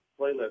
playlist